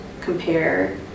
compare